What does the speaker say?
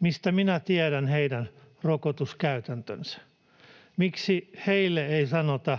Mistä minä tiedän heidän rokotuskäytäntönsä? Miksi heille ei sanota,